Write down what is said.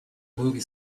movie